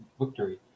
victory